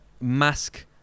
mask